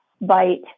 bite